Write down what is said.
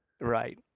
Right